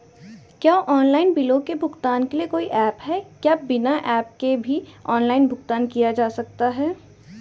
क्या ऑनलाइन बिलों के भुगतान के लिए कोई ऐप है क्या बिना ऐप के भी ऑनलाइन भुगतान किया जा सकता है?